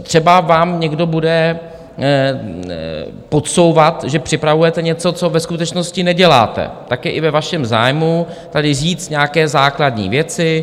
Třeba vám někdo bude podsouvat, že připravujete něco, co ve skutečnosti neděláte, tak je i ve vašem zájmu tady říct nějaké základní věci.